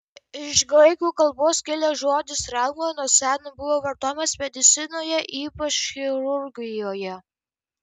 iš graikų kalbos kilęs žodis trauma nuo seno buvo vartojamas medicinoje ypač chirurgijoje